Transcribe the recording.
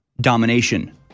domination